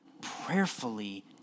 prayerfully